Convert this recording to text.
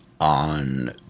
on